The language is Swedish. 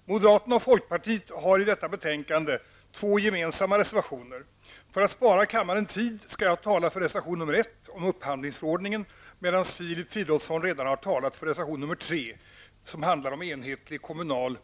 Herr talman! Moderaterna och folkpartiet har i detta betänkande två gemensamma reservationer. För att spara kammarens tid avser jag att tala för reservation 1 om upphandlingsförordningen, medan Filip Fridolfsson redan har talat för reservation 3, som handlar om enhetlig kommunal